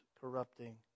corrupting